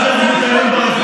גם כשאנחנו מטיילים ברחוב,